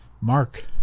mark